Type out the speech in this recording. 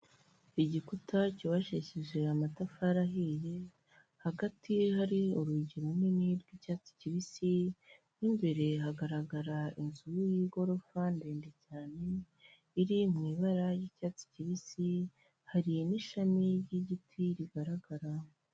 Igikuta cyubakishije amatafari ahiye, hagati ye hari urugi runini rw'icyatsi kibisi, n'imbere hagaragara inzu y'igorofa, ndende cyane iri mu ibara ry'icyatsi kibisi, hari n'ishami ry'igiti rigaragara.